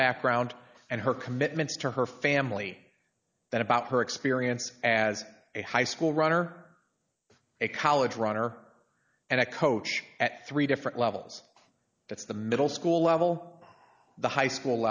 background and her commitments to her family than about her experience as a high school runner a college runner and a coach at three different levels it's the middle school level the high school